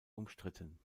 umstritten